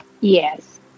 Yes